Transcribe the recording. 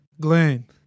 Glenn